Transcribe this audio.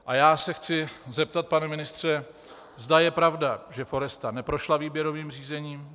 A já se chci zeptat, pane ministře, zda je pravda, že Foresta neprošla výběrovým řízením.